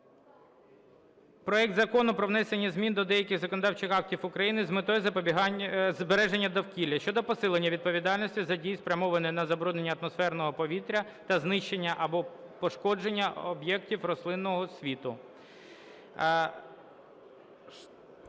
проект Закону про внесення змін до деяких законодавчих актів України з метою збереження довкілля (щодо посилення відповідальності за дії, спрямовані на забруднення атмосферного повітря та знищення або пошкодження об'єктів рослинного світу).